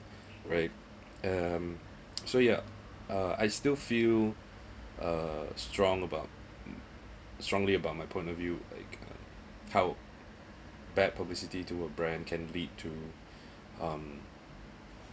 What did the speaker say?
right um so yeah uh I still feel uh strong about strongly about my point of view like uh how bad publicity to a brand can lead to um